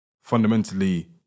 fundamentally